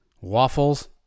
waffles